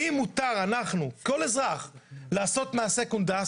האם מותר לכל אזרח לעשות מעשה קונדס,